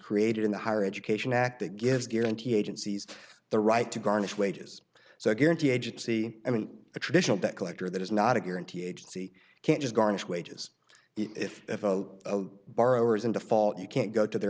created in the higher education act that gives guarantee agencies the right to garnish wages so guarantee agency i mean a traditional debt collector that is not a guarantee agency can't just garnish wages if borrowers in default you can't go to their